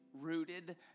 Rooted